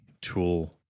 tool